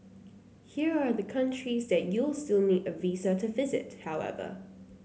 here are the countries that you'll still need a visa to visit however